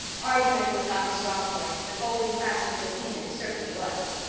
argument was not his strong point, but holding fast to his opinion certainly was.